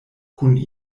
kun